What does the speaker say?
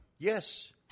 Yes